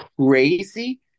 crazy